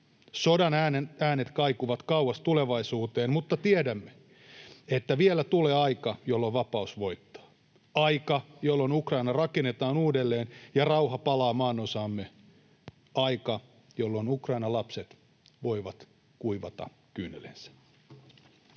Sodan äänet kaikuvat kauas tulevaisuuteen, mutta tiedämme, että vielä tulee aika, jolloin vapaus voittaa; aika, jolloin Ukraina rakennetaan uudelleen ja rauha palaa maanosaamme; aika, jolloin Ukrainan lapset voivat kuivata kyyneleensä.